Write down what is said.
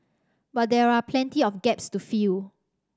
but there are plenty of gaps to fill